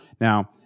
Now